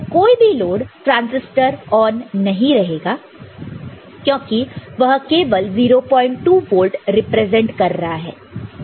तो कोई भी लोड ट्रांसिस्टर ON नहीं रहेगा क्योंकि वह केवल 02 वोल्ट रिप्रेजेंट कर रहा है